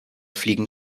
fliegen